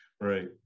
Right